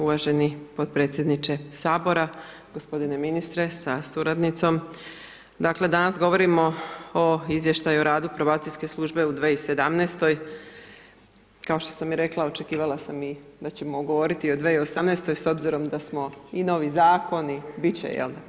Uvaženi potpredsjedniče HS, g. ministre sa suradnicom, dakle, danas govorimo o Izvještaju o radu Probacijske službe u 2017., kao što sam i rekla, očekivala sam i da ćemo govoriti i o 2018. s obzirom da smo i novi Zakoni, bit će je li?